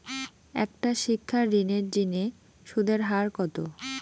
একটা শিক্ষা ঋণের জিনে সুদের হার কত?